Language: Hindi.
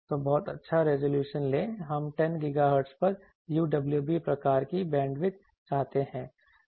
तो बहुत अच्छा रिज़ॉल्यूशन लें हम 10 GHz पर UWB प्रकार की बैंडविड्थ चाहते हैं